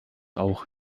auch